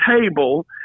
table